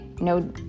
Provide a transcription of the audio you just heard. no